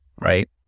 right